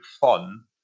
fun